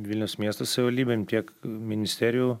vilniaus miesto savivaldybėm tiek ministerijų